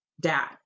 dad